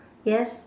yes